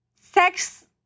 sex